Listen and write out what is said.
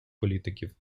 політиків